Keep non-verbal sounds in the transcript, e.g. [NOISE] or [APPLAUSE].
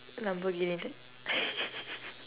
lamborghini [LAUGHS]